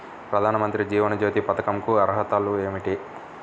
ప్రధాన మంత్రి జీవన జ్యోతి పథకంకు అర్హతలు ఏమిటి?